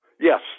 yes